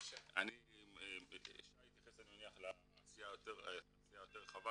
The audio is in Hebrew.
שי יתייחס לעשיה היותר רחבה,